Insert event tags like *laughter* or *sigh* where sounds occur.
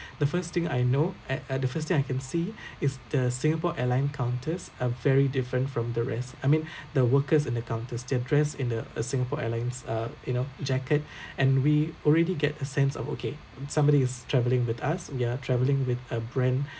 the first thing I know at uh the first thing I can see *breath* is the singapore airline counters are very different from the rest I mean *breath* the workers in the counters they're dressed in the a Singapore Airlines uh you know jacket *breath* and we already get a sense of okay somebody is travelling with us we are travelling with a brand *breath*